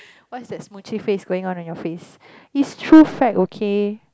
what's that face going on in your face it's true fact okay